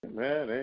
Amen